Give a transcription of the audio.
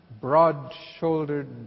broad-shouldered